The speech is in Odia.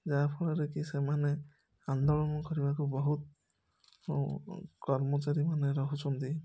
ଯାହାଫଳରେକି ସେମାନେ ଆନ୍ଦୋଳନ କରିବାକୁ ବହୁତ୍ କର୍ମଚାରୀମାନେ ରହୁଛନ୍ତି